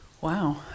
Wow